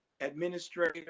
administrator